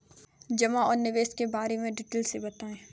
जमा और निवेश के बारे में डिटेल से बताएँ?